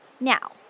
Now